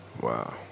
Wow